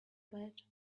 bed